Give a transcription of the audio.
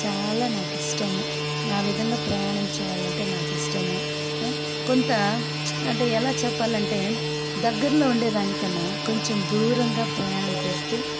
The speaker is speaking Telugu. చాలా నాకు ఇష్టము ఆ విధంగా ప్రయాణం చేయాలంటే నాకు ఇష్టము కొంత అంటే ఎలా చెప్పాలంటే దగ్గరలో ఉండే దానికన్నా కొంచం దూరంగా ప్రయాణం చేస్తే